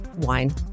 Wine